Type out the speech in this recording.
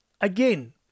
Again